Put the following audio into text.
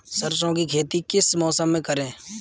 सरसों की खेती किस मौसम में करें?